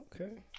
okay